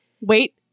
wait